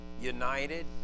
united